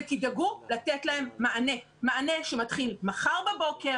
ותדאגו לתת להם מענה שמתחיל מחר בבוקר.